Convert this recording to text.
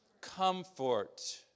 Comfort